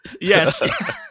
yes